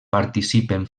participen